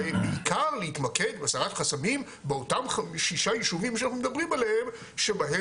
ובעיקר להתמקד בהסרת חסמים באותם שישה יישובים שאנחנו מדברים עליהם.